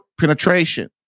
penetration